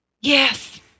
Yes